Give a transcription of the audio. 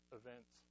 events